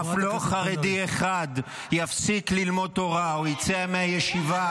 אף לא חרדי אחד יפסיק ללמוד תורה או יצא מהישיבה